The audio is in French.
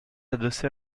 adossé